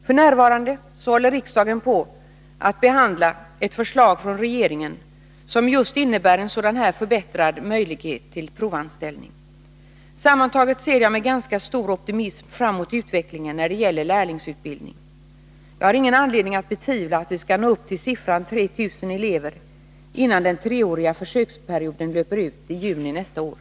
F. n. håller riksdagen på att behandla ett förslag från regeringen som just innebär en sådan här förbättrad möjlighet till provanställning. Sammantaget ser jag med ganska stor optimism fram mot utvecklingen när det gäller lärlingsutbildning. Jag har ingen anledning att betvivla att vi skall nå upp till siffran 3 000 elever innan den treåriga försöksperioden löper ut i juni nästa år.